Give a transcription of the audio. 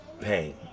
pain